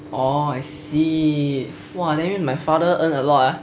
oh I see !wow! then mean my father earn a lot ah